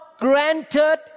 Granted